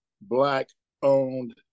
Black-owned